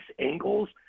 angles